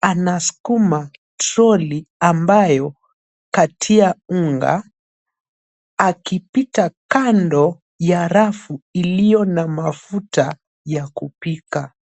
anasukuma trolley ambayo katia unga akipita kando ya rafu iliyo na mafuta ya kupika.